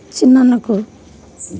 చిన్న అన్నకు